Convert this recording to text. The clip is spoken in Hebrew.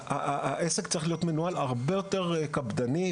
העסק צריך להיות מנוהל הרבה יותר קפדני.